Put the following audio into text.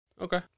Okay